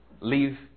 leave